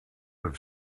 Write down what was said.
have